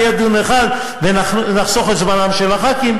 ויהיה דיון אחד ונחסוך את זמנם של חברי הכנסת,